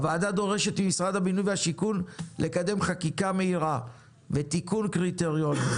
הוועדה דורשת ממשרד הבינוי והשיכון לקדם חקיקה מהירה בתיקון קריטריונים,